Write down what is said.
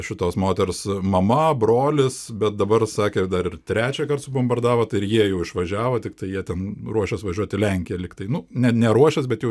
šitos moters mama brolis bet dabar sakė dar ir trečiąkart bombardavo tai ir jie jau išvažiavo tiktai jie ten ruošės važiuot į lenkiją liktai nu ne neruošės bet jau